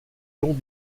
long